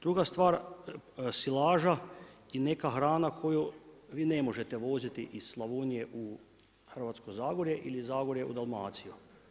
Druga stvar, silaža i neka hrana koju vi ne možete voziti iz Slavonije u Hrvatsko zagorje ili iz Zagorja u Dalmaciju.